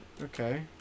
Okay